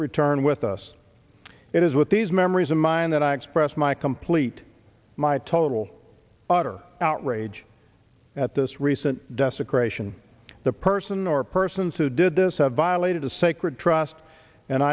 return with us it is with these memories in mind that i express my complete my total utter outrage at this recent desecration the person or persons who did this have violated a sacred trust and